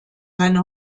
seine